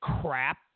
crap